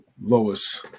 Lois